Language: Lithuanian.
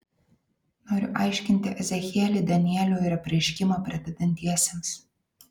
noriu aiškinti ezechielį danielių ir apreiškimą pradedantiesiems